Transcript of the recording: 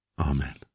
Amen